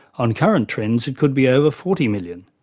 on current trends it could be over forty million.